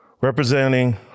Representing